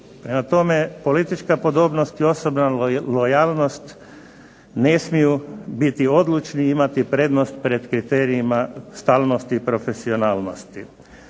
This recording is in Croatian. Prema tome, politička podobnost i osobna lojalnost ne smiju biti odlučni, imati prednost pred kriterijima stalnosti i profesionalnosti.